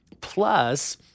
Plus